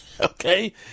Okay